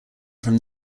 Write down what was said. from